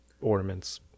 ornaments